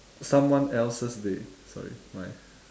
someone else's day sorry my